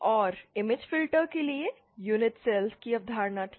और image filters के लिए यूनिट सेल्स की अवधारणा थी